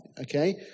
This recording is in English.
Okay